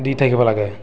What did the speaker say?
দি থাকিব লাগে